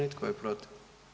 I tko je protiv?